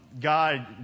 God